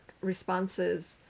responses